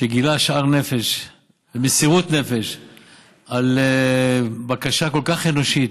שגילה שאר נפש ומסירות נפש על בקשה כל כך אנושית.